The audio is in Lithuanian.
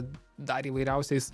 dar įvairiausiais